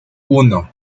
uno